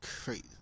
crazy